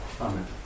Amen